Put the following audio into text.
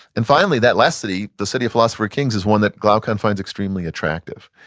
and finally, that last city, the city of philosopher kings, is one that glaucon finds extremely attractive.